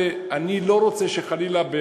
ואני לא רוצה שחלילה,